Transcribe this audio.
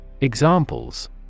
Examples